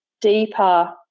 deeper